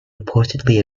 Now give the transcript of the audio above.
reportedly